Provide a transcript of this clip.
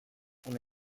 una